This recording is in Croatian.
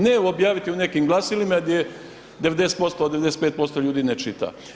Ne objaviti u nekim glasilima gdje 90, 95% ljudi ne čita.